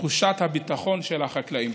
ותחושת הביטחון של החקלאים.